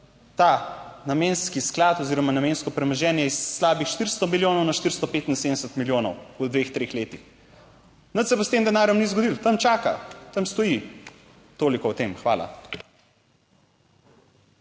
ta namenski sklad oziroma namensko premoženje iz slabih 400 milijonov na 475 milijonov v dveh, treh letih, nič se pa s tem denarjem ni zgodilo, tam čaka, tam stoji. **85. TRAK: